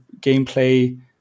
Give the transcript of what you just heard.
gameplay